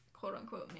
quote-unquote